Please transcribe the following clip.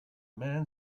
man